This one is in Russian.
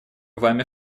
вами